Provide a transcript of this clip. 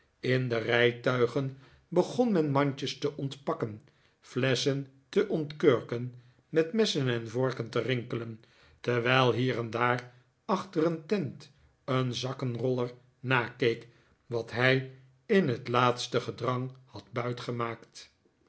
in de rijtuigen begon men mandjes te ontpakken flesschen te ontkurken met messen en vorken te rinkelen terwijl hier en daar achter een tent een zakkenroller nakeek wat hij in het laatste gedrang had buitgemaakt